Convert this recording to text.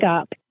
up